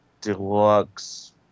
deluxe